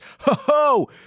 Ho-ho